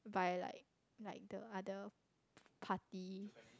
by like like the other party